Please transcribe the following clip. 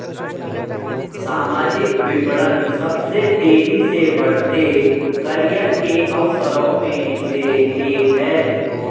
सामाजिक विपणन सबसे तेजी से बढ़ते करियर के अवसरों में से एक है